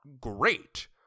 great